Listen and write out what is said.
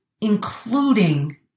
including